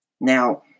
Now